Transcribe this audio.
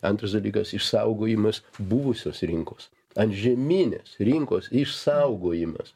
antras dalykas išsaugojimas buvusios rinkos antžeminės rinkos išsaugojimas